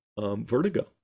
Vertigo